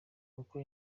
uko